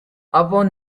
upon